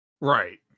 Right